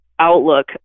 outlook